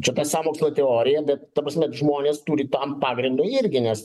čia sąmokslo teorija bet ta prasme žmonės turi tam pagrindo irgi nes